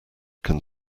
can